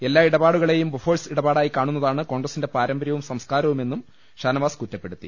എല്ലാ ഇടപാടുകളെയും ബൊഫോഴ്സ് ഇടപാടായി കാണുന്നതാണ് കോൺഗ്രസിന്റെ പാരമ്പര്യവും സംസ്കാരവുമെന്നും ഷാനവാസ് കുറ്റപ്പെടുത്തി